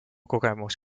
kogemus